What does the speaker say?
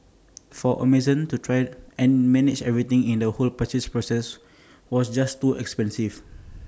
for Amazon to try and manage everything in the whole purchase process was just too expensive